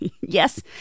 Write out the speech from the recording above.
Yes